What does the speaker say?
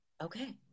Okay